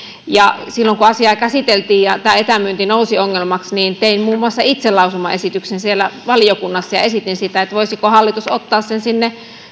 silloin kun asiaa käsiteltiin ja tämä etämyynti nousi ongelmaksi niin tein muun maussa itse lausumaesityksen siellä valiokunnassa ja esitin että halitus voisi ottaa sen sinne